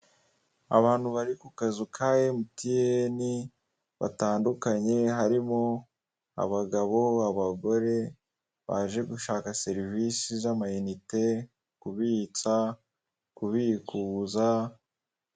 Abantu bari ku kazu ka emutiyeni, batandukanye, harimo abagabo, abagore, baje gushaka serivisi z'amayinite, kubitsa, kubikuza.